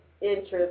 interest